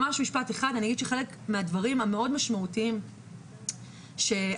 חלק מהדברים המאוד משמעותיים שהילדים